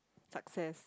success